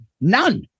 None